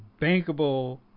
bankable